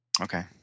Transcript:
Okay